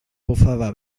bufava